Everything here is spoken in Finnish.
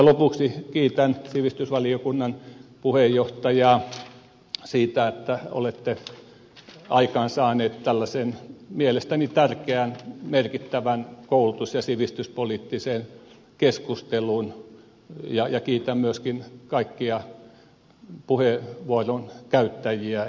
lopuksi kiitän sivistysvaliokunnan puheenjohtajaa siitä että olette aikaansaanut tällaisen mielestäni tärkeän merkittävän koulutus ja sivistyspoliittisen keskustelun ja kiitän myöskin kaikkia puheenvuoron käyttäjiä